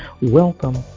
Welcome